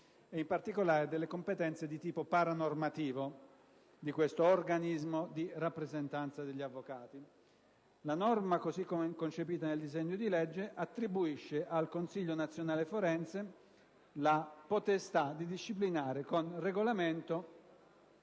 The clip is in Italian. in particolare delle competenze di tipo paranormativo di questo organismo di rappresentanza degli avvocati. La norma, così come è concepita nel disegno di legge, attribuisce al Consiglio nazionale forense la potestà di disciplinare in generale,